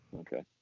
okay